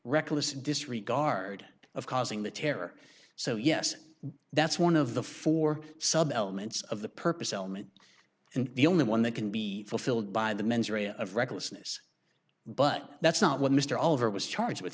reckless disregard of causing the terror so yes that's one of the four sub elements of the purpose element and the only one that can be fulfilled by the mens rea of recklessness but that's not what mr oliver was charged with